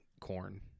corn